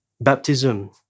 Baptism